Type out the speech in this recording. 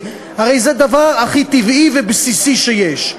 הרי זה הדבר הכי טבעי ובסיסי שיש.